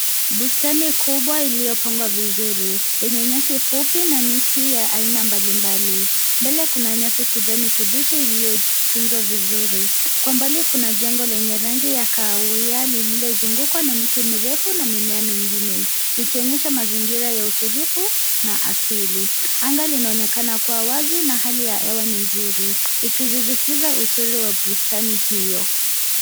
Bustani kubwa iliyopangwa vizuri yenye nyasi fupi na miti ya aina mbalimbali. Mbele kuna nyasi kijani kibichi iliyotunzwa vizuri. Kwa mbali kuna jengo lenye rangi ya kahawia lililozungukwa na miti mirefu na mimea mingine ikionyesha mazingira ya utulivu na asili. Anga linaonekana kuwa wazi na hali ya hewa ni nzuri ikisisitiza uzuri wa bustani hiyo.